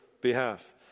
behalf